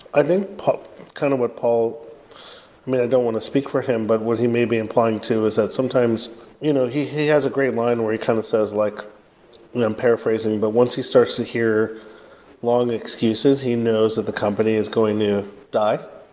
i think kind of what paul i don't want to speak for him, but what he may be implying to is that sometimes you know he he has a great line where he kind of says like and i'm paraphrasing, but once he starts to hear long excuses, he knows that the company is going to die.